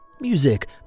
Music